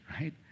right